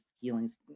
feelings